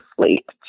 sleep